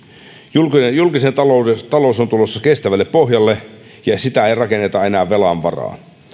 julkinen talous on tulossa kestävälle pohjalle ja sitä ei rakenneta enää velan varaan